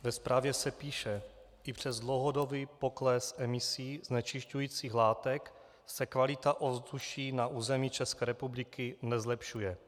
Ve zprávě se píše: I přes dlouhodobý pokles emisí, znečišťujících látek, se kvalita ovzduší na území České republiky nezlepšuje.